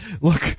Look